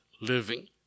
living